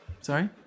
Sorry